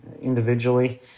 individually